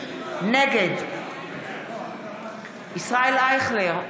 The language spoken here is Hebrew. נגד ישראל אייכלר,